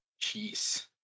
Jeez